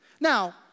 Now